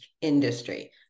industry